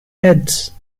heads